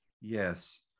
Yes